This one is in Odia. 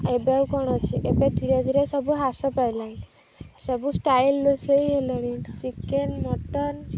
ଏବେ ଆଉ କ'ଣ ଅଛି ଏବେ ଧୀରେ ଧୀରେ ସବୁ ହ୍ରାସ ପାଇଲାଣି ସବୁ ଷ୍ଟାଇଲ ରୋଷେଇ ହେଲାଣି ଚିକେନ ମଟନ